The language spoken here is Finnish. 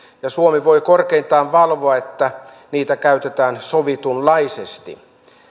ja suomi voi korkeintaan valvoa että niitä käytetään sovitunlaisesti